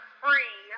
free